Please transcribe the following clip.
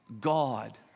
God